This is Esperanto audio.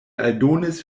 aldonis